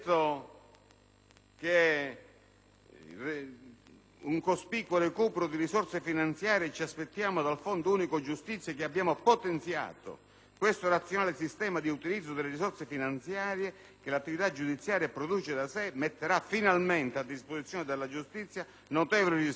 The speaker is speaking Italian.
che «un cospicuo recupero di risorse finanziarie ci aspettiamo dal Fondo unico giustizia che abbiamo potenziato. Questo razionale sistema di utilizzo delle risorse finanziarie che l'attività giudiziaria produce da sé metterà finalmente a disposizione della giustizia notevoli risorse».